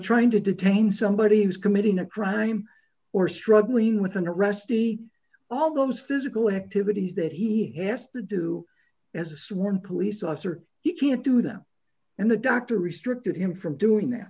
trying to detain somebody who is committing a crime or struggling with an arrestee all those physical activities that he has to do as a sworn police officer he can't do them and the doctor restricted him from doing that